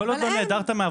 כל עוד לא נעדרת מעבודה,